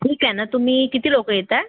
ठीक आहे ना तुम्ही किती लोक येता